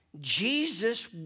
Jesus